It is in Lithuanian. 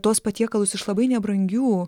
tuos patiekalus iš labai nebrangių